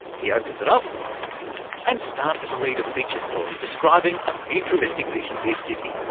he opens it up and starts to read a feature story describing a futuristic vision of his city.